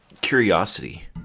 curiosity